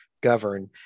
govern